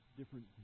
different